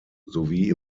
sowie